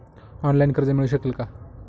Online कर्ज मिळू शकेल का?